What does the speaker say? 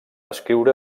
escriure